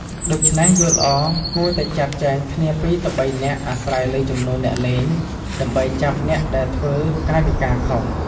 ដូច្នេះ យកល្អ គួរតែចាត់ចែងគ្នា ២ ទៅ ៣ នាក់អាស្រ័យលើចំនួនអ្នកលេង ដើម្បីចាប់អ្នកដែលធ្វើកាយវិការខុស។